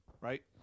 right